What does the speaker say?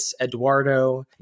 Eduardo